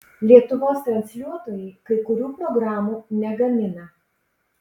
lietuvos transliuotojai kai kurių programų negamina